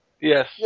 Yes